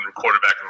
quarterback